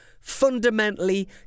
fundamentally